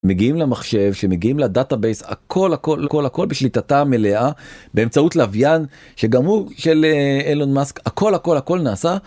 מגיעים למחשב שמגיעים לדאטאבס הכל הכל הכל הכל בשליטתה המלאה באמצעות לווין שגם הוא של אילון מאסק הכל הכל הכל נעשה.